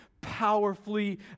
powerfully